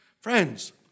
Friends